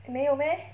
没有 meh